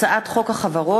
הצעת חוק החברות